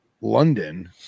London